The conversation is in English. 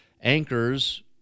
Anchors